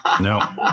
No